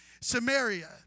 Samaria